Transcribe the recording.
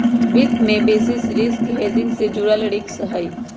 वित्त में basis risk hedging से जुड़ल रिस्क हहई